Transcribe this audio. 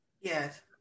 Yes